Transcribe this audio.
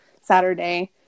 Saturday